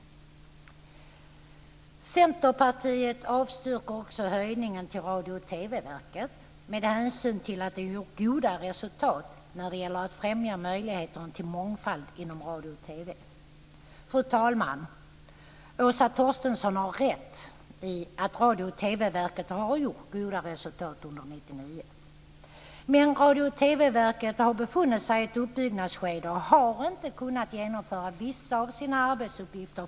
Vidare avstyrker Centerpartiet förslaget om en höjning av anslaget till Radio och TV-verket med hänsyn till att man gjort goda resultat när det gäller att främja möjligheterna till mångfald inom radio och Fru talman! Åsa Torstensson har rätt i att Radiooch TV-verket har gjort goda resultat under år 1999 men Radio och TV-verket har befunnit sig i ett uppbyggnadsskede och har inte fullt ut kunnat genomföra vissa av sina arbetsuppgifter.